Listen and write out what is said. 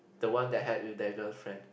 the one that had with their girlfriend